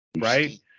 Right